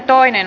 asia